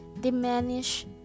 diminish